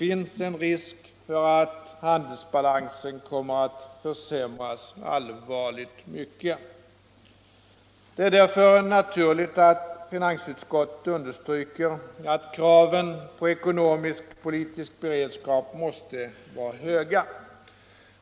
Handelsbalansen kan komma att försämras allvarligt. Det är därför naturligt att finansutskottet understryker att kraven på ekonomisk-politisk beredskap måste vara höga.